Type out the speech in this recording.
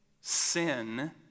sin